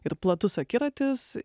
ir platus akiratis